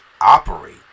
operate